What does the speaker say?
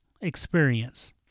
experience